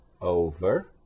over